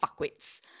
fuckwits